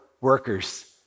workers